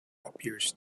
appears